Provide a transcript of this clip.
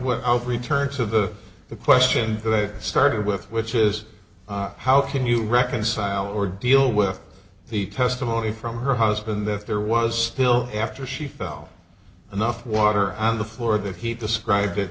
without return to the question that i started with which is how can you reconcile or deal with the testimony from her husband if there was still after she fell enough water on the floor that he described it